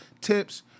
tips